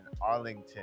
arlington